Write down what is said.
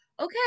okay